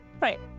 Right